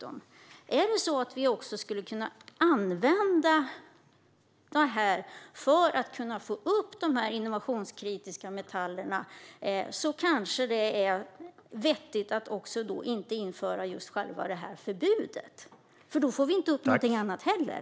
Om vi kunde använda det här för att få upp de innovationskritiska metallerna kanske det också är vettigt att inte införa detta förbud. Annars skulle vi inte få upp något annat heller.